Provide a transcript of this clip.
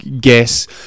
guess